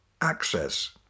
access